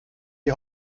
die